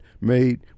made